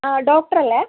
ആ ഡോക്ടറല്ലേ